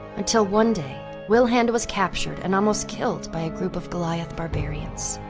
until one day wilhand was captured and almost killed by a group of goliath barbarians.